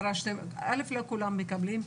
אלף לא כולם מקבלים.